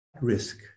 risk